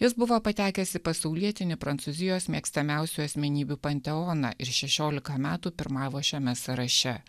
jis buvo patekęs į pasaulietinį prancūzijos mėgstamiausių asmenybių panteoną ir šešiolika metų pirmavo šiame sąraše